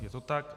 Je to tak.